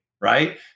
right